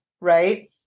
right